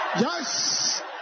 Yes